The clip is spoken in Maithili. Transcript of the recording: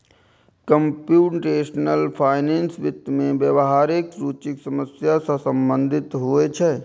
कंप्यूटेशनल फाइनेंस वित्त मे व्यावहारिक रुचिक समस्या सं संबंधित होइ छै